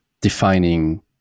defining